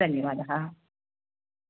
धन्यवादः